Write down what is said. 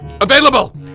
available